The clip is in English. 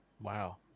Wow